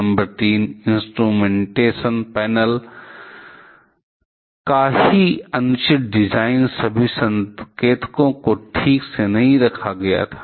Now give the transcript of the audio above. number 3 instrumentation panel का ही अनुचित डिजाइन सभी संकेतकों को ठीक से नहीं रखा गया था